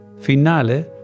Finale